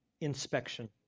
inspection